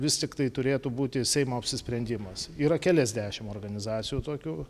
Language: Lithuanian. ne vis tiktai turėtų būti seimo apsisprendimas yra keliasdešim organizacijų tokių